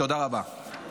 תודה רבה.